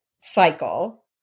cycle